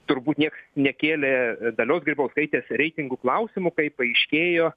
turbūt nieks nekėlė dalios grybauskaitės reitingų klausimų kai paaiškėjo